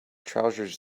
trousers